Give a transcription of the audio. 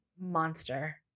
monster